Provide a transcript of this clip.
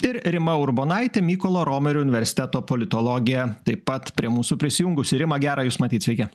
ir rima urbonaitė mykolo romerio universiteto politologė taip pat prie mūsų prisijungusi rima gera jūs matyt sveiki